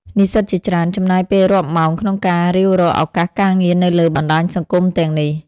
និស្សិតជាច្រើនចំណាយពេលរាប់ម៉ោងក្នុងការរាវរកឱកាសការងារនៅលើបណ្ដាញសង្គមទាំងនេះ។